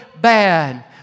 bad